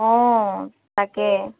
অঁ তাকে